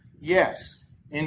yes